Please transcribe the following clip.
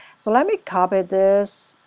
so let me copy this,